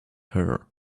hair